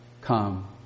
come